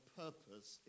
purpose